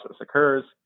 occurs